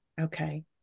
Okay